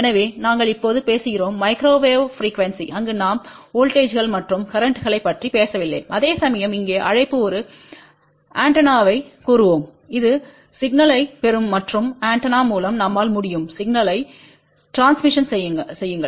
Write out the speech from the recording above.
எனவே நாங்கள் இப்போது பேசுகிறோம் மைக்ரோவேவ் ப்ரிக்யூவென்ஸி அங்கு நாம் வோல்ட்டேஜ்கள் மற்றும் கரேன்ட்களைப் பற்றி பேசவில்லை அதேசமயம் அங்கே அழைப்பு ஒரு ஆண்டெனாவைக் கூறுவோம் இது சிக்னல்யைப் பெறும் மற்றும் ஆண்டெனா மூலம் நம்மால் முடியும் சிக்னல்யை ட்ரான்ஸ்மிட் செய்யுங்கள்